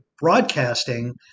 broadcasting